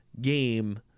game